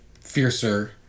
fiercer